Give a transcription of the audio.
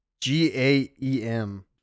G-A-E-M